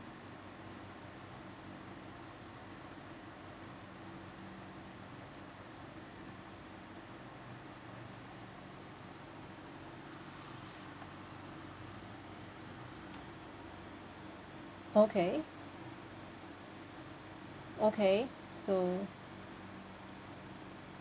okay okay so